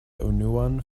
unuan